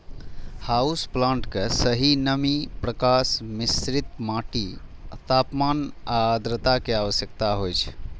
house plant कें सही नमी, प्रकाश, मिश्रित माटि, तापमान आ आद्रता के आवश्यकता होइ छै